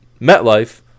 MetLife